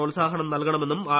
പ്രോത്സാഹനം നൽകണമെന്നും ആർ